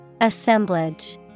Assemblage